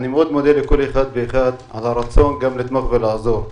אני מודה לכל אחד ואחד על הרצון לתמוך ולעזור.